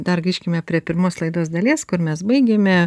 dar grįžkime prie pirmos laidos dalies kur mes baigėme